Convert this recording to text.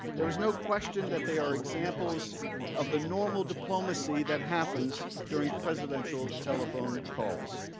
there is no question that they are examples of the normal diplomacy that happens during presidential telephone calls.